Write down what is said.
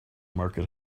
market